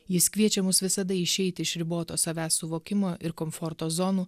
jis kviečia mus visada išeiti iš riboto savęs suvokimo ir komforto zonų